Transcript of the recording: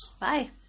Bye